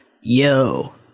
yo